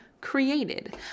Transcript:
created